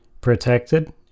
protected